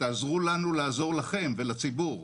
תעזרו לנו לעזור לכם ולציבור.